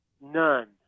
None